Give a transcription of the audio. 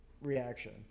reaction